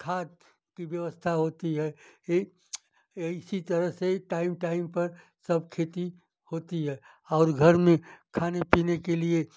खाद की व्यवस्था होती है ए इसी तरह से टाइम टाइम पर सब खेती होती है और घर में खाने पीने के लिए